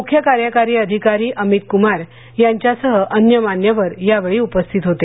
मुख्य कार्यकारी अधिकारी अमित कुमार यांच्यासह अन्य मान्यवर यावेळी उपस्थित होते